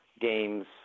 games